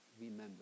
remember